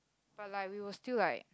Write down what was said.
but like we will still like